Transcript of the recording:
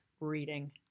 reading